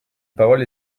parole